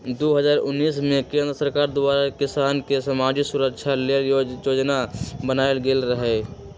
दू हज़ार उनइस में केंद्र सरकार द्वारा किसान के समाजिक सुरक्षा लेल जोजना बनाएल गेल रहई